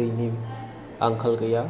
दैनि आंखाल गैया